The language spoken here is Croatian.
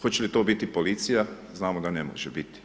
Hoće li to biti policija, znamo da ne može biti.